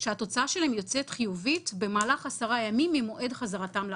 שהתוצאה שלהם יוצאת חיובית במהלך עשרת הימים ממועד חזרתם לארץ.